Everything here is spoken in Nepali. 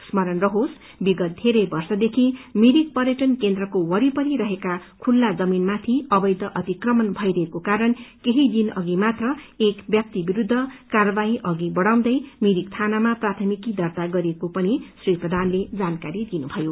स्मरण रहोस् विगत धेरै वर्षदेखि मिरिक पर्यटन केन्द्रको वरिपरि रहेका खुल्ला जमीनमा अवैध अतिकमण भइरहेको कारण केही दिन अघि मात्र एक ब्यक्तिविरूद्ध कार्यवाही अघि बढ़ाउँदै मिरिक थानामा प्राथमिकी दर्त्ता गरिएको पनि श्री प्रधानले जानकारी दिनुभयो